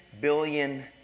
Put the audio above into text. billion